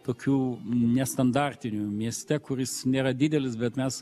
tokių nestandartinių mieste kuris nėra didelis bet mes